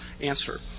answer